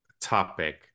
topic